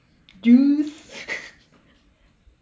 juice